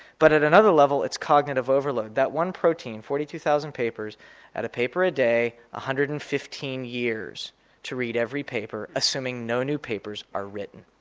but at another level it's cognitive overload. that one protein, forty two thousand papers at a paper a day, one ah hundred and fifteen years to read every paper, assuming no new papers are written.